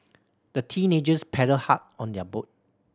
the teenagers paddled hard on their boat